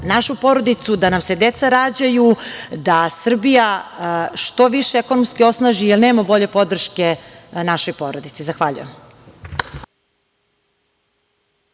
našu porodicu, da nam se deca rađaju, da Srbija što više ekonomski osnaži, jer nema bolje podrške našoj porodici. Zahvaljujem.